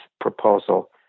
proposal